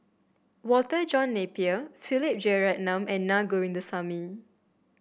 Walter John Napier Philip Jeyaretnam and Naa Govindasamy